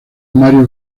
mario